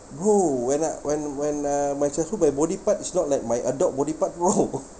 bro when uh when when uh my childhood my body part is not like my adult body part bro